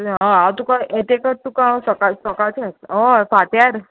हय हांव तुका हे तें तुका हांव सकाळचे सकाळचेंच हय फांत्यार